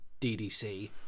DDC